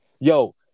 yo